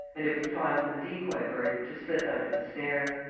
and it was time for the decoy-bird to slip out of the snare.